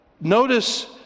notice